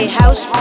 house